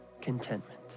contentment